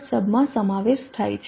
sub માં સમાવેશ થાય છે